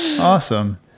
awesome